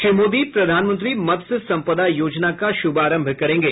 श्री मोदी प्रधानमंत्री मत्स्य संपदा योजना का श्रभारंभ करेंगे